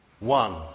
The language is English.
One